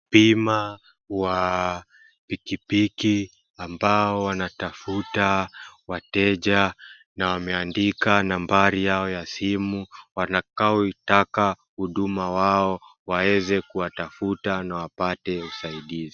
Bima wa pikipiki ambao wanatafuta wateja na wameandika nambari yao ya simu watakaotaka huduma yao watapiga na wapate usaidizi.